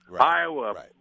Iowa